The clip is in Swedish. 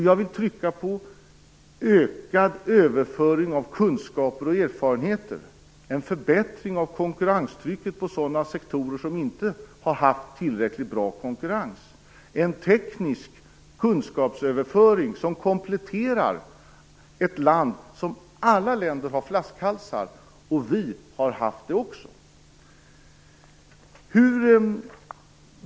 Jag vill trycka på ökad överföring av kunskaper och erfarenheter och en förbättring av konkurrenstrycket på sådana sektorer som inte har haft tillräckligt bra konkurrens. Teknisk kunskapsöverföring kompletterar ett land. Alla länder har flaskhalsar. Vi har också haft det.